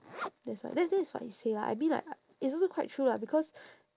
that's why that that is what he say lah I mean like uh it's also quite true lah because